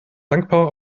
dankbar